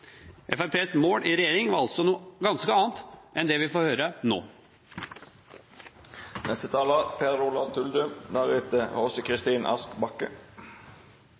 mål i regjering var altså noe ganske annet enn det vi får høre nå.